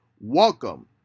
welcome